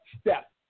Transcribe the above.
step